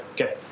Okay